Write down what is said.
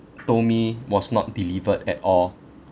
told was not delivered at all